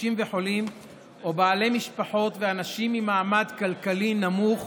קשישים וחולים או בעלי משפחות ואנשים ממעמד כלכלי נמוך,